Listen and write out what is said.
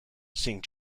seeing